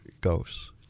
goes